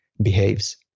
behaves